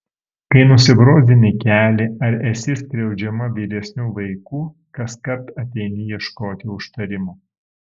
kai nusibrozdini kelį ar esi skriaudžiama vyresnių vaikų kaskart ateini ieškoti užtarimo